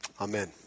Amen